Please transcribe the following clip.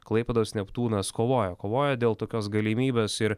klaipėdos neptūnas kovoja kovoja dėl tokios galimybės ir